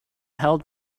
held